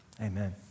Amen